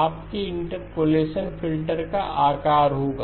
आपके interpolation filter का आकार होगा